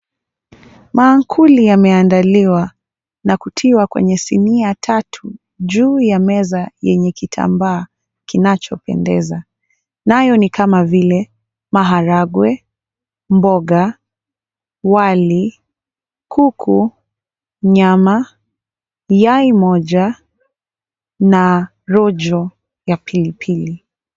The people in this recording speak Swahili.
Maankuli yameandaliwa na kutiwa kwenye sinia tatu juu ya meza yenye kitambaa kinachopendeza. Nayo ni kama vile; maharagwe, mboga, wali, kuku, nyama, yai moja na rojo ya pilipili.